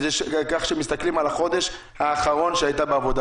כך שמסתכלים על החודש האחרון שהייתה בעבודה?